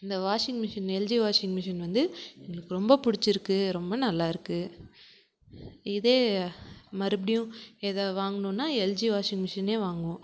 இந்த washing machine LG washing machine வந்து எங்களுக்கு ரொம்ப பிடிச்சிருக்கு ரொம்ப நல்லாருக்குது இது மறுபடியும் இதை வாங்கணுனால் எல்ஜி வாஷிங் மிஷினே வாங்குவோம்